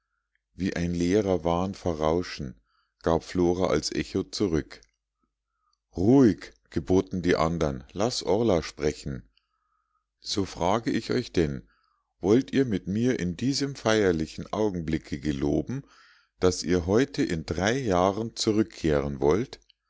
wie ein leerer wahn verrauschen gab flora als echo zurück ruhig geboten die andern laß orla sprechen so frage ich euch denn wollt ihr mit mir in diesem feierlichen augenblicke geloben daß ihr heute in drei jahren zurückkehren wollt